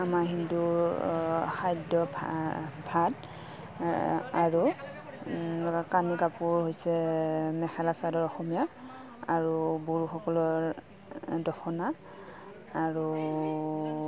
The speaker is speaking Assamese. আমাৰ হিন্দুৰ খাদ্য ভাত আৰু কানি কাপোৰ হৈছে মেখেলা চাদৰ অসমীয়া আৰু বড়োসকলৰ দখনা আৰু